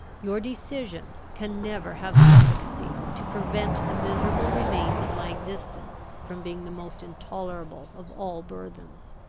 your decision can never have the efficacy to prevent the miserable remains of my existence from being the most intolerable of all burthens.